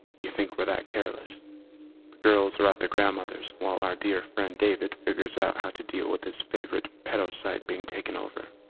you think we're that careless? the girls are at their grandmother's while our dear friend david figures out how to deal with his favorite pedo-site being taken over.